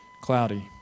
cloudy